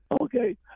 Okay